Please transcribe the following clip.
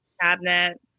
cabinet